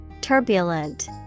Turbulent